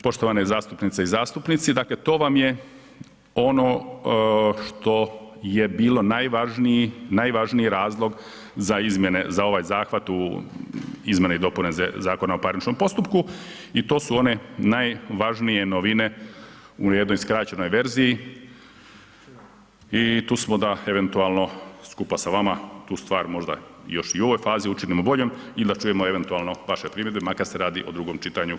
Poštovane zastupnice i zastupnici, dakle to vam je ono što je bilo najvažniji razlog za izmjene, za ovaj zahvat u izmjene i dopune Zakona o parničnom postupku i to su one najvažnije novine u jednoj skraćenoj verziji i tu smo da eventualno skupa sa vama tu stvar možda još i u ovoj fazi učinimo boljom ili da čujemo eventualno vaše primjedbe makar se radi o drugom čitanju.